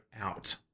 out